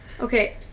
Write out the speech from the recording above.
okay